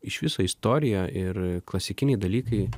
iš viso istorija ir klasikiniai dalykai